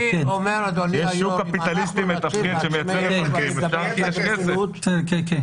יש שוק קפיטליסטי מתפקד שמייצר --- מקרן העושר של הגז.